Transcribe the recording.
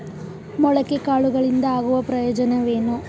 ಮೊಳಕೆ ಕಾಳುಗಳಿಂದ ಆಗುವ ಪ್ರಯೋಜನವೇನು?